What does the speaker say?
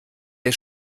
der